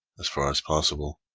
as far as possible,